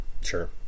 sure